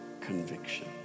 conviction